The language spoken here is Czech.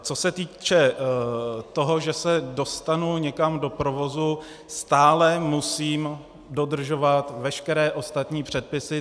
Co se týče toho, že se dostanu někam do provozu, stále musím dodržovat veškeré ostatní předpisy.